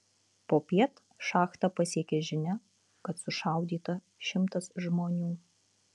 popiet šachtą pasiekė žinia kad sušaudyta šimtas žmonių